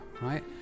right